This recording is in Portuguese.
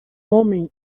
homem